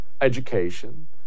education